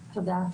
תודה.